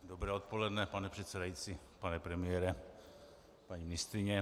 Dobré odpoledne, pane předsedající, pane premiére, paní ministryně.